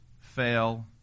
fail